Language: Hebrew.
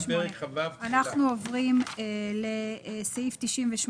תחילה דיון והצבעות אנחנו עוברים לסעיף 98,